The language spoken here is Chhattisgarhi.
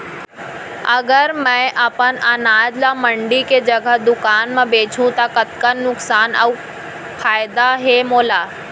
अगर मैं अपन अनाज ला मंडी के जगह दुकान म बेचहूँ त कतका नुकसान अऊ फायदा हे मोला?